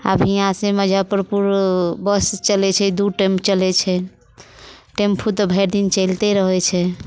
आब इहाँसँ मुजफ्फरपुर बस चलैत छै दू टेम चलैत छै टेम्फू तऽ भरि दिन चलिते रहैत छै